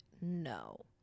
no